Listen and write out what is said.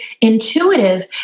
intuitive